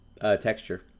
Texture